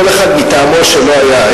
כל אחד מטעמו שלו היה,